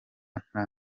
nta